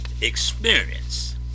experience